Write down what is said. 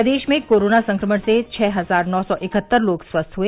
प्रदेश में कोरोना संक्रमण से छ हजार नौ सौ इकहत्तर लोग स्वस्थ हुए